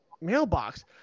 mailbox